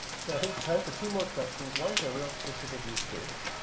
so i think time for two more questions. one's a real specific use case.